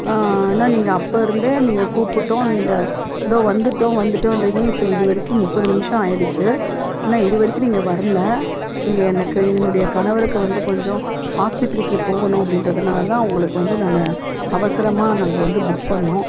ஆனால் நீங்கள் அப்போது இருந்தே நீங்கள் கூப்பிட்டோம் நீங்கள் இதோ வந்துட்டோம் வந்துட்டோன்றீங்க இப்போ இது வரைக்கும் முப்பது நிமிடம் ஆயிடுச்சு ஆனால் இதுவரைக்கும் நீங்கள் வரல இங்கே எனக்கு என்னுடைய கணவருக்கு வந்து கொஞ்சம் ஆஸ்பத்திரிக்கு போகணும் அப்படின்றதுனாலதான் உங்களுக்கு வந்து நான் அவசரமாக நாங்கள் வந்து புக் பண்ணோம்